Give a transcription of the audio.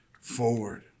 forward